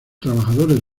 trabajadores